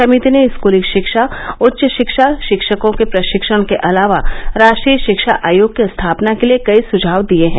समिति ने स्कूली शिक्षा उच्च शिक्षा शिक्षकों के प्रशिक्षण के अलावा राष्ट्रीय शिक्षा अयोग की स्थापना के लिए कई सुझाव दिये हैं